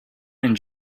and